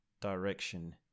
direction